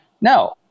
No